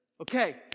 Okay